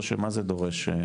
או שמה זה דורש?